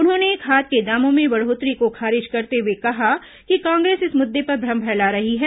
उन्होंने खाद के दामों में बढ़ोतरी को खारिज करते हुए कहा कि कांग्रेस इस मुद्दे पर भ्रम फैला रही है